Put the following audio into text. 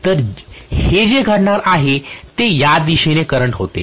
तर हे जे घडणार आहे ते या दिशेने करंट होते